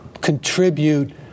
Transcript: contribute